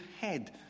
head